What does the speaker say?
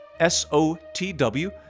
SOTW